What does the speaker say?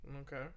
Okay